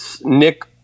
Nick